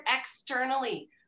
externally